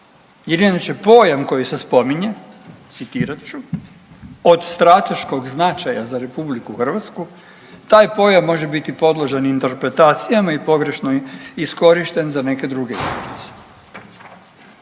jer inače pojam koji se spominje, citirat ću „od strateškog značaja za RH“ taj pojam može biti podložan interpretacijama i pogrešno iskorišten za neke druge interese.